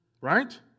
Right